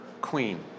queen